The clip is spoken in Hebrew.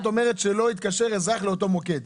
את אומרת שלא יתקשר אזרח לאותו מוקד,